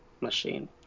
machine